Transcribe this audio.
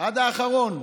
עד האחרון.